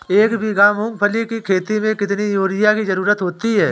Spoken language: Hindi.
एक बीघा मूंगफली की खेती में कितनी यूरिया की ज़रुरत होती है?